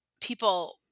people